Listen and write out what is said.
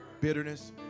bitterness